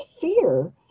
fear